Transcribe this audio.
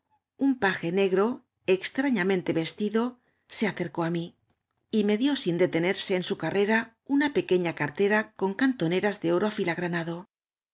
uo paje negro oxtra ña mente vestido se acercó á mí y me dió síq detenerse en su carrera una pequeña cartera con cantoneras de oro afiligranado la